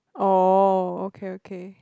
oh okay okay